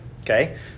Okay